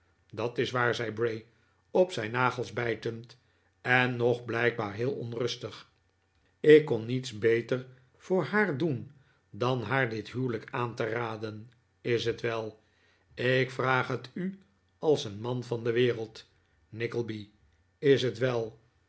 dat is waar zei bray op zijn nagels bijtend en nog blijkbaar heel onrustig ik kon niets beter voor haar doen dan haar dit huwelijk aan te raden is t wel ik vraag het u als een man van de wereld nickleby is t wel